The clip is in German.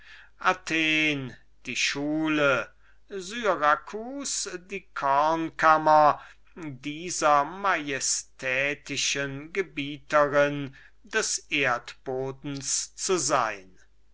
athen die schule und syracus die korn kammer dieser majestätischen gebieterin des erdbodens zu sein